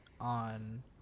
on